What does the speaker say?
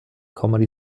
comedy